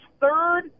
third